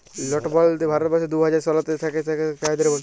লটবল্দি ভারতবর্ষে দু হাজার শলতে সরকার থ্যাইকে ক্যাইরে দিঁইয়েছিল